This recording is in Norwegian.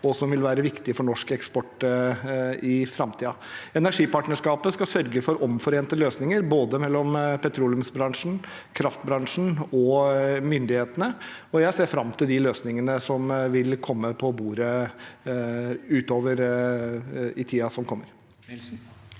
og som vil være viktig for norsk eksport i framtiden. Energipartnerskapet skal sørge for omforente løsninger mellom petroleumsbransjen, kraftbransjen og myndighetene, og jeg ser fram til de løsningene som vil komme på bordet utover i tiden som kommer.